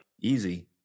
easy